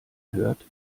hört